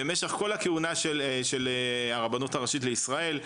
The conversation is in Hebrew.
במשך כל הכהונה של הרבנות הראשית לישראל,